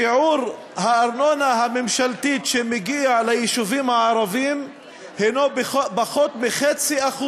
שיעור הארנונה הממשלתית שמגיע ליישובים הערביים הוא פחות מ-0.5%.